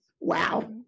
Wow